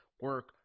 Work